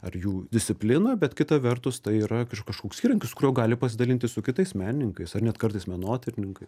ar jų discipliną bet kita vertus tai yra kažkoks įrankis kuriuo gali pasidalinti su kitais menininkais ar net kartais menotyrininkai